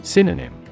Synonym